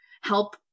help